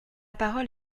parole